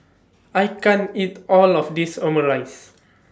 I can't eat All of This Omurice